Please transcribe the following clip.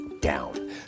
down